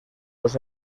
los